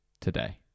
today